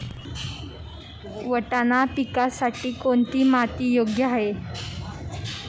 वाटाणा पिकासाठी कोणती माती योग्य आहे?